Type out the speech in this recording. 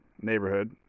neighborhood